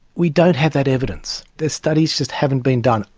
we don't have that evidence the studies just haven't been done.